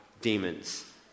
demons